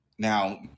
Now